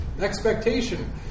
Expectation